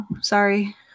Sorry